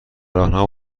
راهنما